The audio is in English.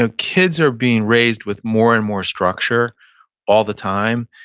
ah kids are being raised with more and more structure all the time.